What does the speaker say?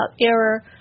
error